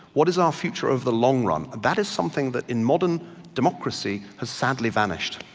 what is our future of the long run? that is something that in modern democracy has sadly vanished.